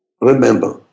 remember